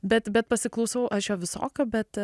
bet bet pasiklausau aš jo visokio bet